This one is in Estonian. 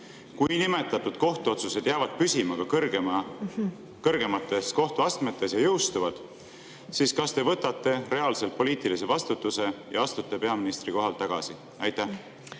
Kui nimetatud kohtuotsused jäävad püsima ka kõrgemates kohtuastmetes ja jõustuvad, kas te siis võtate reaalselt poliitilise vastutuse ja astute peaministrikohalt tagasi?